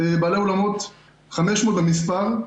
בעלי אולמות, 500 במספר,